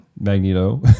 Magneto